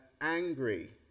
angry